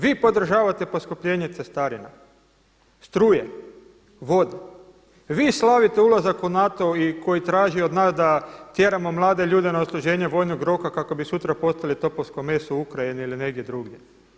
Vi podržavate poskupljenje cestarina, struje, vode, vi slavite ulazak u NATO koji traži od nas da tjeramo mlade ljude na odsluženje vojnog roka kako bi sutra postali topovsko meso u Ukrajini ili negdje drugdje.